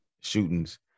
shootings